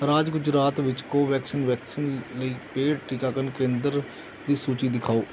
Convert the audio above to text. ਰਾਜ ਗੁਜਰਾਤ ਵਿੱਚ ਕੋਵੈਕਸਿਨ ਵੈਕਸੀਨ ਲਈ ਪੇਡ ਟੀਕਾਕਰਨ ਕੇਂਦਰ ਦੀ ਸੂਚੀ ਦਿਖਾਓ